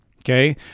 okay